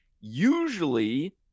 usually